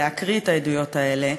להקריא את העדויות האלה.